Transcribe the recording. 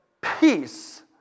peace